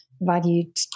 valued